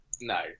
no